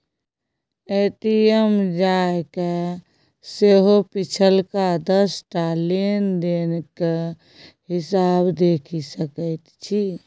ATM जाकए सेहो पिछलका दस टा लेन देनक हिसाब देखि सकैत छी